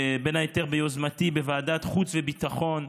בין היתר ביוזמתי, בוועדת חוץ וביטחון,